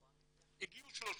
כלומר,